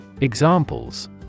Examples